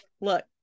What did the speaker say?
look